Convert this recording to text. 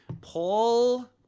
Paul